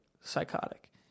psychotic